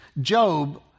Job